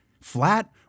Flat